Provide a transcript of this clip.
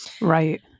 Right